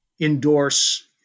endorse